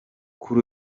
kuri